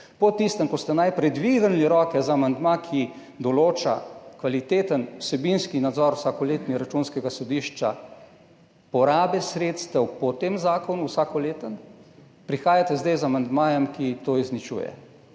po tistem, ko ste najprej dvignili roke za amandma, ki določa vsakoletni kvaliteten vsebinski nadzor Računskega sodišča, porabe sredstev po tem zakonu, vsakoletno, prihajate zdaj z amandmajem, ki to izničuje.